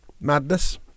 Madness